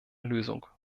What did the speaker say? lösung